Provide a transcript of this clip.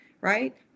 right